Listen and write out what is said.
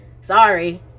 Sorry